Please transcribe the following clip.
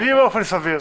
בלי באופן סביר.